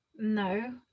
no